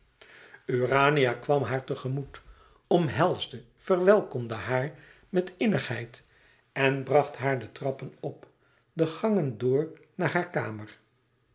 urania kwam haar tegemoet omhelsde verwelkomde haar met innigheid en bracht haar de trappen op de gangen door naar hare kamer